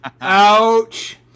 ouch